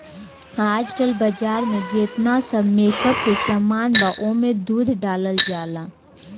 आजकल बाजार में जेतना सब मेकअप के सामान बा ओमे दूध डालल जाला